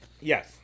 Yes